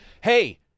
Hey